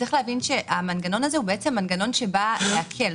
צריך להבין שהמנגנון הזה הוא בעצם מנגנון שבא להקל.